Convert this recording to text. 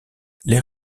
les